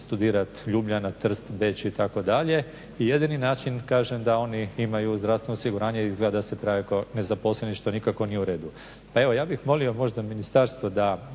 LJubljana, Trst, Beč itd. i jedini način kažem da oni imaju zdravstveno osiguranje … se prijave kao nezaposlene što nikako nije uredu. Pa evo ja bih molio možda ministarstvo da